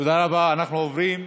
תודה רבה, אנחנו עוברים,